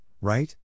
right